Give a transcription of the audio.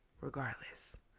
regardless